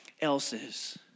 else's